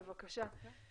בבקשה.